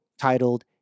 titled